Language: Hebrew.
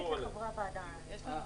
יש לנו את המצגת.